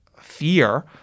fear